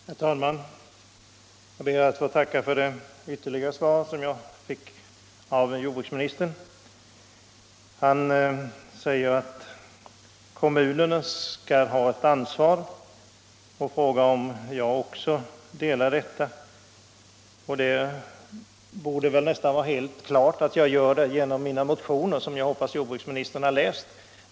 Herr talman! Jag ber att få tacka för det ytterligare svar som jag nu har fått av jordbruksministern. Han säger att kommunerna har ett ansvar och frågar om jag delar den uppfattningen. Att jag gör det borde väl framgå helt klart av mina motioner, som jag hoppas att jordbruksministern har läst.